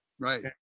Right